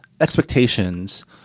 expectations